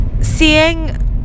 seeing